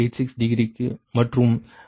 86 degree மற்றும் 3 என்பது 3